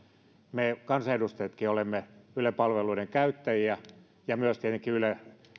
me kansanedustajatkin olemme ylen palveluiden käyttäjiä ja myös tietenkin yle